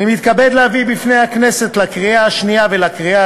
אני מתכבד להביא בפני הכנסת לקריאה שנייה ולקריאה